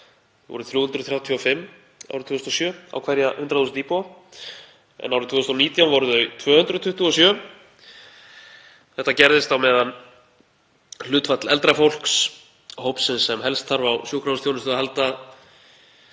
Þau voru 335 árið 2007 á hverja 100.000 íbúa, en árið 2019 voru þau 227. Þetta gerðist á meðan hlutfall eldra fólks, hópsins sem helst þarf á sjúkrahúsþjónustu að halda,